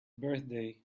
birthday